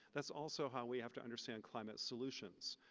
that's also how we have to understand climate solutions,